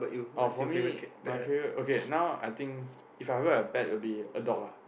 oh for me my favorite okay now I think if I've a pet it would be a dog ah